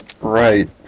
Right